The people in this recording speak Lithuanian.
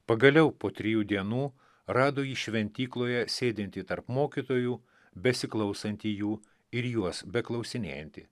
pagaliau po trijų dienų rado jį šventykloje sėdintį tarp mokytojų besiklausantį jų ir juos beklausinėjantį